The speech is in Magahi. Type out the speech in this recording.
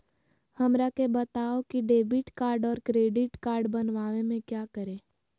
हमरा के बताओ की डेबिट कार्ड और क्रेडिट कार्ड बनवाने में क्या करें?